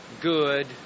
good